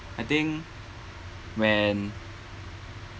I think when